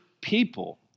people